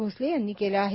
भोसले यांनी केले आहे